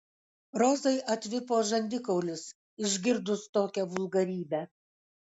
rozai atvipo žandikaulis išgirdus tokią vulgarybę